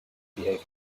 behavior